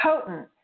potent